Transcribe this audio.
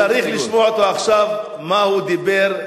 היית צריך לשמוע אותו עכשיו, מה הוא דיבר,